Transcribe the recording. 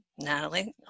Natalie